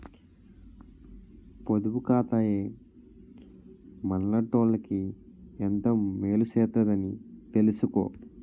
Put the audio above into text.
పొదుపు ఖాతాయే మనలాటోళ్ళకి ఎంతో మేలు సేత్తదని తెలిసుకో